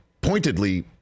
pointedly